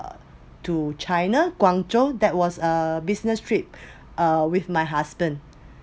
uh to china guangzhou that was a business trip uh with my husband